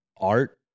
art